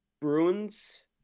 Bruins